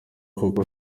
kuko